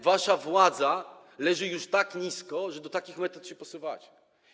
Wasza władza leży już tak nisko, że do takich metod się posuwacie.